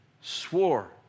swore